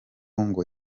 ngo